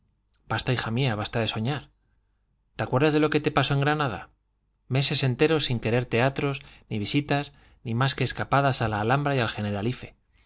basta hija mía basta de soñar te acuerdas de lo que te pasó en granada meses enteros sin querer teatros ni visitas ni más que escapadas a la alhambra y al generalife